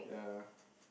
ya